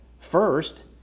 first